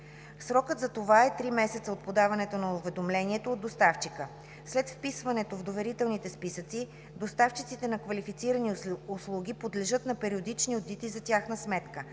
Срокът за това е три месеца от подаването на уведомлението от доставчика. След вписването в доверителните списъци доставчиците на квалифицирани услуги подлежат на периодични одити за тяхна сметка,